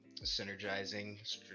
synergizing